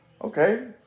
okay